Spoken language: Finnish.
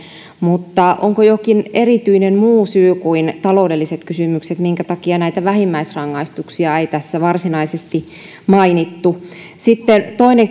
mutta onko jokin erityinen muu syy kuin taloudelliset kysymykset minkä takia näitä vähimmäisrangaistuksia ei tässä varsinaisesti mainittu sitten toinen